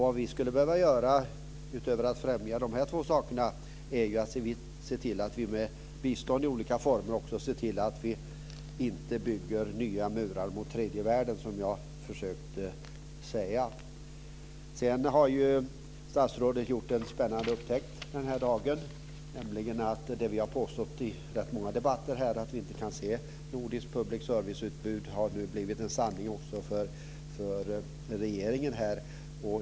Vad vi skulle behöva göra utöver att främja de här två sakerna är att se till att vi med bistånd i olika former ser till att vi inte bygger nya murar mot tredje världen, som jag försökte säga. Sedan har statsrådet gjort en spännande upptäckt den här dagen, nämligen att det vi har påstått i rätt många debatter här, att vi inte kan ta del av nordiskt public service-utbud, nu blivit en sanning också för regeringen.